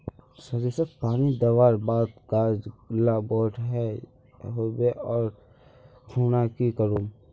सरिसत पानी दवर बात गाज ला बोट है होबे ओ खुना की करूम?